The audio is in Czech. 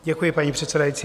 Děkuji, paní předsedající.